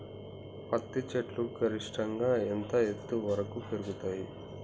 పత్తి చెట్లు గరిష్టంగా ఎంత ఎత్తు వరకు పెరుగుతయ్?